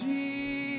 Jesus